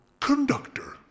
Conductor